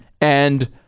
And-